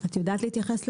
את יודעת להתייחס לזה?